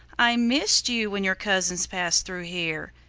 i missed you when your cousins passed through here,